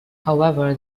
however